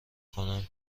کنم